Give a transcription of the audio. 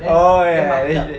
oh ya ya